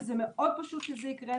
ומאוד פשוט שזה יקרה,